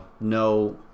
no